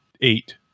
eight